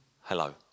hello